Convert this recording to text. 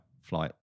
flight